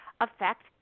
affect